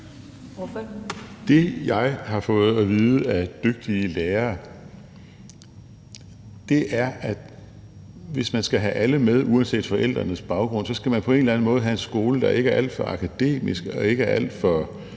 (LA): Det, jeg har fået at vide af dygtige lærere, er, at hvis man skal have alle med uanset forældrenes baggrund, skal man på en eller anden måde have en skole, der ikke er alt for akademisk og ikke er alt for